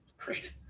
great